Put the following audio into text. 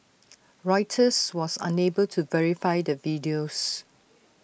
Reuters was unable to verify the videos